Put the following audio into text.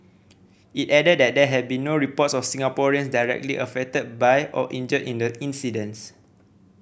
it added that there had been no reports of Singaporeans directly affected by or injured in the incidents